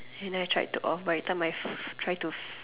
and then I tried to off but every time I try to